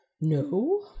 no